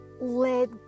let